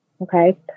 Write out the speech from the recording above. okay